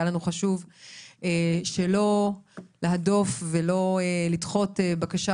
היה לנו חשוב שלא להדוף ולא לדחות בקשה,